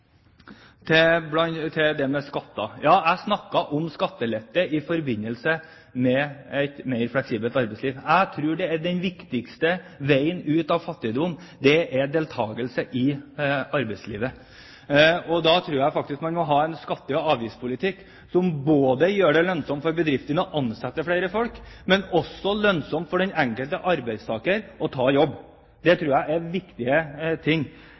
til skatter. Jeg snakket om skattelette i forbindelse med et mer fleksibelt arbeidsliv. Jeg tror den viktigste veien ut av fattigdom er deltakelse i arbeidslivet. Jeg tror at man da må ha en skatte- og avgiftspolitikk som ikke bare gjør det lønnsomt for bedriftene å ansette flere folk, men også gjør det lønnsomt for den enkelte arbeidstaker å ta jobb. Dette tror jeg er